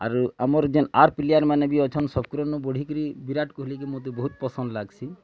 ଆରୁ ଆମର୍ ଯେନ୍ ଆର୍ ପ୍ଲେୟାର୍ମାନେ ବି ଅଛନ୍ ସବକର୍ନୁ ବଢ଼ିକିରି ବିରାଟ୍ କୋହଲି କି ମୋତେ ବହୁତ୍ ପସନ୍ଦ୍ ଲାଗ୍ସି